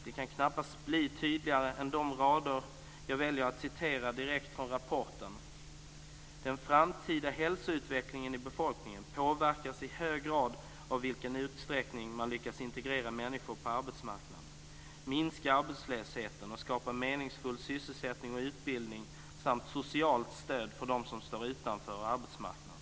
Det kan knappast bli tydligare än de rader som jag väljer att citera direkt från rapporten: "Den framtida hälsoutvecklingen i befolkningen påverkas i hög grad av i vilken utsträckning man lyckas integrera människor på arbetsmarknaden, minska arbetslösheten och skapa meningsfull sysselsättning och utbildning samt socialt stöd för dem som står utanför arbetsmarknaden".